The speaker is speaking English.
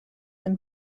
and